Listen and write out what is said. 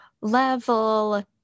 level